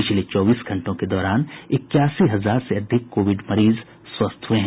पिछले चौबीस घंटों के दौरान इक्यासी हजार से अधिक कोविड मरीज स्वस्थ हुए हैं